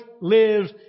lives